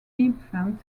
infant